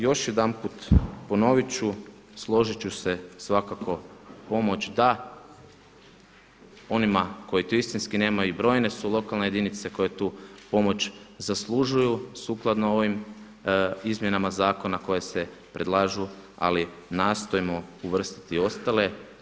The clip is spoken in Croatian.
Još jedanput ponovit ću složit ću se svakako pomoć da onima koji to istinski nemaju i brojne su lokalne jedinice koje tu pomoć zaslužuju sukladno ovim izmjenama zakona koje se predlažu ali nastojmo uvrstiti i ostale.